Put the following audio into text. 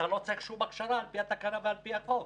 אתה לא צריך שום הכשרה על פי התקנה ועל פי החוק.